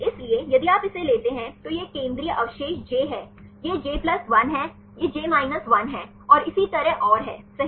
इसलिए यदि आप इसे लेते हैं तो यह एक केंद्रीय अवशेष j है यह j 1 है यह j 1 है और इसी तरह ओर है सही